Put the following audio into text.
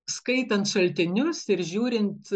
skaitant šaltinius ir žiūrint